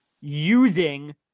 using